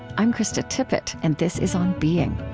i'm krista tippett, and this is on being